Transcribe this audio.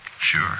Sure